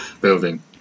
building